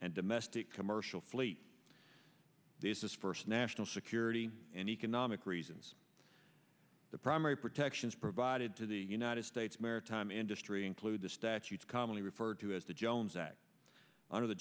and domestic commercial fleet this is first national security and economic reasons the primary protections provided to the united states maritime industry include the statutes commonly referred to as the jones act one of the